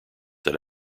that